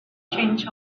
change